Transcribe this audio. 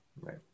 right